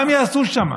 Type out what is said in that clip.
מה הם יעשו שם?